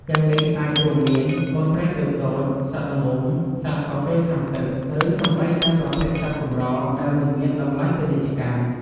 ទាំងនេះអាចរួមមាន កូនត្រីតូចៗ សត្វល្មូន សត្វកកេរក្នុងទឹក ឬសូម្បីតែប្រភេទសត្វកម្រដែលមិនមានតម្លៃពាណិជ្ជកម្ម។